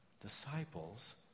disciples